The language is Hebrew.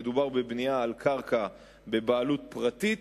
מדובר בבנייה על קרקע בבעלות פרטית,